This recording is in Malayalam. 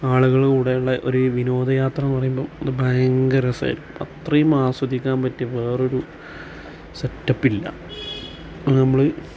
ആളുകളൂടെയുള്ള ഒരു വിനോദയാത്ര എന്ന് പറയുമ്പോൾ അത് ഭയങ്കര രസമായിരിക്കും അത്രയും ആസ്വദിക്കാൻ പറ്റിയ വേറൊരു സെറ്റപ്പ് ഇല്ല നമ്മൾ